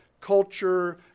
culture